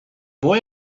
boy